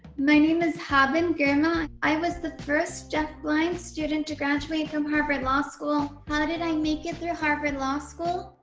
my name is haben girma. i was the first deaf-blind student to graduate if um harvard law school. how did i make it through harvard law school?